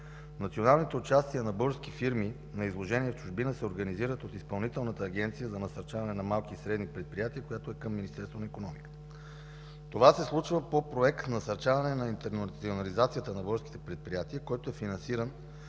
националното участие на български фирми на изложение в чужбина се организира от Изпълнителната агенция за насърчаване на малки и средни предприятия, която е към Министерството на икономиката. Това се случва по Проект „Насърчаване на интернационализацията на българските предприятия”, който е финансиран